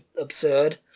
absurd